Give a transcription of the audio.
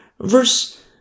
verse